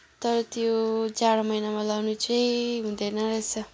तर त्यो जाडो महिनामा लाउने चाहिँ हुँदैन रहेछ